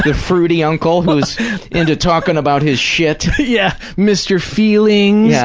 but fruity uncle who is into talking about his shit? yeah, mr. feelings. yeah